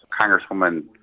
Congresswoman